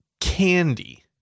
candy